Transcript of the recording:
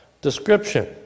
description